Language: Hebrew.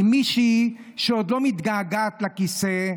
עם מישהי שעוד לא מתגעגעת לכיסא,